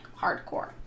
hardcore